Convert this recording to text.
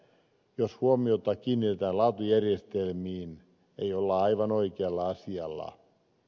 jos huomiota kiinnitetään laatujärjestelmiin ei olla aivan oikealla asialla